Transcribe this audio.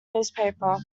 newspaper